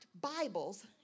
Bibles